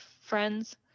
friends